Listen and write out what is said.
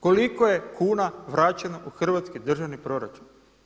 Koliko je kuna vraćeno u hrvatski državni proračun?